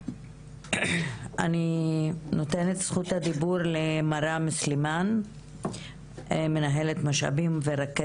מנהלת משאבים ורכזת פרוייקט הגנת המשפחה באעלאם.